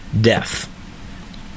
death